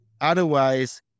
Otherwise